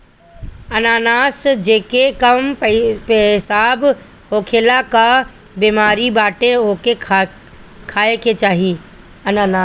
अनानास जेके कम पेशाब होखला कअ बेमारी बाटे ओके खाए के चाही